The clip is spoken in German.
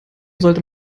sollte